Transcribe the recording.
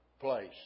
place